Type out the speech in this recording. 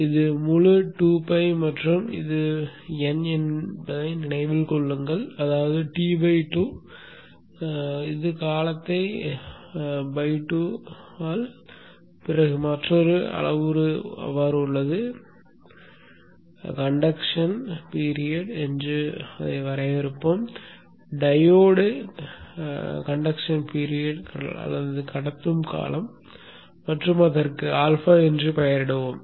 இது முழு 2ᴨ மற்றும் இது ᴨ என்பதை நினைவில் கொள்ளுங்கள் அதாவது T 2 காலம் 2 பிறகு மற்றொரு அளவுரு உள்ளது அதை நாம் கடத்து காலம் என்று வரையறுப்போம் டையோடு கடத்தும் காலம் மற்றும் அதற்கு α என்று பெயரிடுவோம்